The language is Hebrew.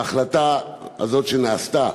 ההחלטה הזאת שנתקבלה,